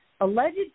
Alleged